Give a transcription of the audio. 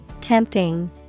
Tempting